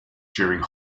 during